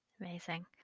Amazing